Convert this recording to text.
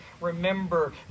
remember